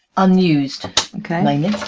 unused mainly.